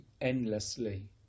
Endlessly